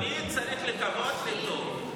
תמיד צריך לקוות לטוב.